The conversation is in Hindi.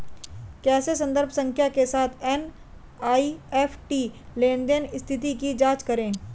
कैसे संदर्भ संख्या के साथ एन.ई.एफ.टी लेनदेन स्थिति की जांच करें?